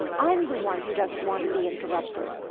i'm the one who doesn't want to be interrupted.